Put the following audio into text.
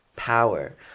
Power